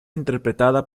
interpretada